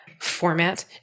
format